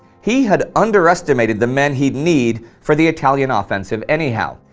he had underestimated the men he'd need for the italian offensive anyhow,